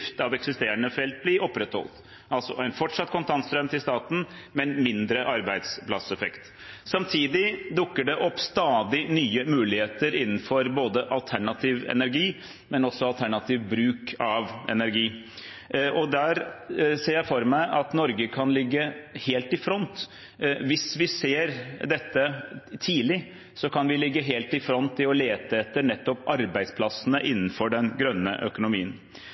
av eksisterende felt, blir opprettholdt – altså en fortsatt kontantstrøm til staten, men mindre arbeidsplasseffekt. Samtidig dukker det opp stadig nye muligheter innenfor både alternativ energi og også alternativ bruk av energi. Der ser jeg for meg at Norge kan ligge helt i front – hvis vi ser dette tidlig, kan vi ligge helt i front i å lete etter nettopp arbeidsplassene innenfor den grønne økonomien.